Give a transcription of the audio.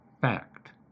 fact